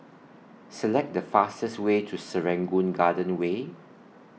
Select The fastest Way to Serangoon Garden Way